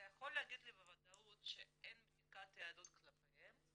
אתה יכול להגיד לי בוודאות שאין בדיקת יהדות כלפיהם?